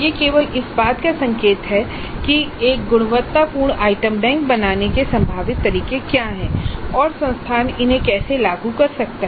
यह केवल इस बात का संकेत है कि एक गुणवत्तापूर्ण आइटम बैंक बनाने के संभावित तरीके क्या हैं और संस्थान इन्हे कैसे लागू कर सकता है